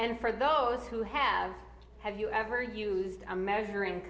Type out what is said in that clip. and for those who have have you ever use a measuring